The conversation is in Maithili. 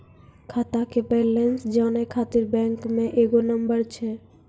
खाता के बैलेंस जानै ख़ातिर बैंक मे एगो नंबर छै?